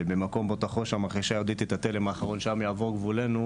במקום בו תחרוש המחרשה היהודית את התלם האחרון שם יעבור גבולנו.